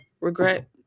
regret